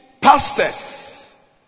pastors